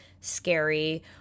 scary